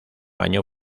año